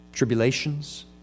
Tribulations